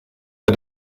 bei